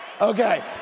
Okay